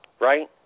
right